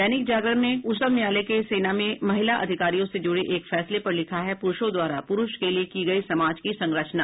दैनिक जागरण ने उच्चतम न्यायालय के सेना में महिला अधिकारियों से जुड़े एक फैसले पर लिखा है पुरूषों द्वारा पुरूष के लिए की गयी समाज की संरचना